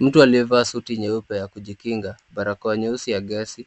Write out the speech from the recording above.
Mtu aliyevaa suti nyeupe ya kujikinga, barakoa nyeusi ya gasi